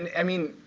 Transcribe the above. and i mean,